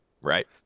Right